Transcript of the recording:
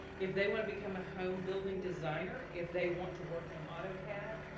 if they wanna become a home building designer, if they want to work in autocad,